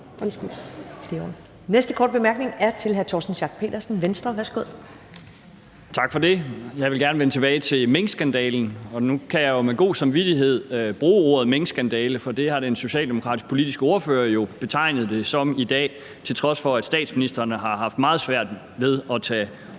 Næste korte bemærkning er til hr. Torsten Schack Pedersen, Venstre. Værsgo. Kl. 11:32 Torsten Schack Pedersen (V): Tak for det. Jeg vil gerne vende tilbage til minkskandalen – og nu kan jeg med god samvittighed bruge ordet minkskandale, for det har den socialdemokratiske politiske ordfører jo betegnet det som i dag, til trods for at statsministeren har haft meget svært ved at tage